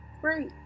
Great